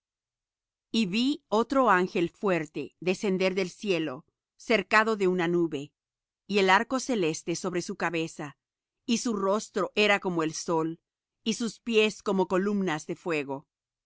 y vi otro ángel fuerte descender del cielo cercado de una nube y el arco celeste sobre su cabeza y su rostro era como el sol y sus pies como columnas de fuego